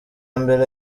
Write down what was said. mbere